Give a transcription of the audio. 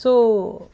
so